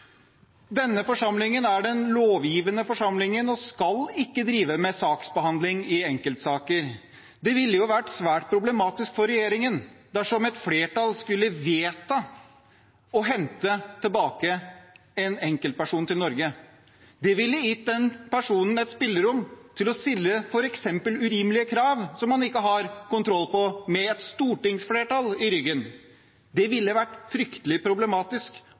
Denne forsamlingen er lovgivende og skal ikke drive med saksbehandling i enkeltsaker. Det ville vært svært problematisk for regjeringen dersom et flertall skulle vedta å hente tilbake en enkeltperson til Norge. Det ville gitt den personen, med et stortingsflertall i ryggen, et spillerom til å stille f.eks. urimelige krav man ikke har kontroll på – fryktelig problematisk